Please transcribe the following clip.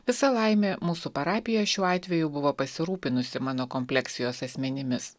visa laimė mūsų parapija šiuo atveju buvo pasirūpinusi mano kompleksijos asmenimis